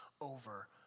over